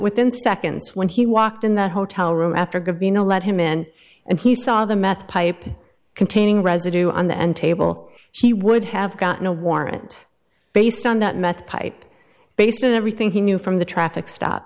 within seconds when he walked in the hotel room after good be no let him in and he saw the meth pipe containing residue on the end table she would have gotten a warrant based on that meth pipe based on everything he knew from the traffic stop